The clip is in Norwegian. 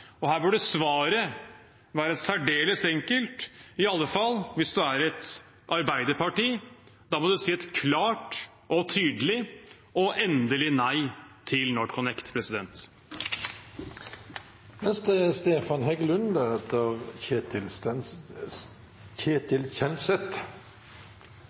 burde svaret være særdeles enkelt, i alle fall hvis man er et arbeiderparti. Da må man si et klart og tydelig – og endelig – nei til NorthConnect.